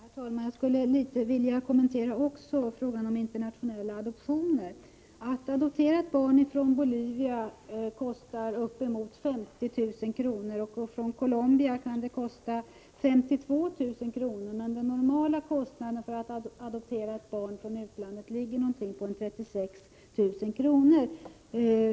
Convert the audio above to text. Herr talman! Jag skulle vilja något kommentera frågan om internationella adoptioner. Att adoptera ett barn från Bolivia kostar uppemot 50 000 kr. och att adoptera ett barn från Colombia kan kosta 52 000 kr. Men den normala kostnaden för att adoptera ett barn från utlandet ligger på ungefär 36 000 kr.